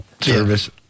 service